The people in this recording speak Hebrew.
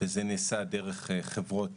זה נעשה דרך חברות